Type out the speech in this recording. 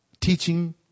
teaching